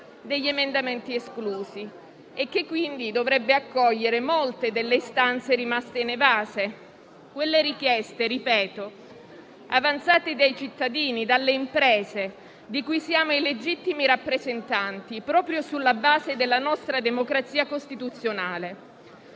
degli emendamenti esclusi e che quindi dovrebbe accogliere molte delle istanze rimaste inevase. Si tratta - lo ripeto - di richieste avanzate dai cittadini e dalle imprese, di cui siamo i legittimi rappresentanti, proprio sulla base della nostra democrazia costituzionale,